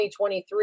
2023